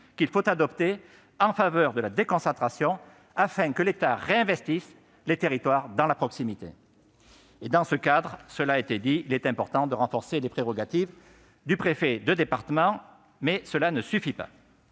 qu'il faut adopter en faveur de la déconcentration afin que l'État réinvestisse les territoires au plus près des citoyens. Dans ce cadre, il est important de renforcer les prérogatives du préfet de département, mais cela ne suffit pas.